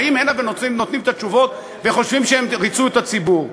באים הנה ונותנים את התשובות וחושבים שהם ריצו את הציבור.